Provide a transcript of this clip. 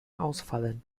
ausfallen